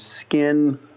skin